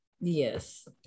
Yes